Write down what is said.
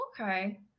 Okay